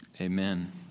Amen